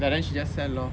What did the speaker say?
but then she just sell lor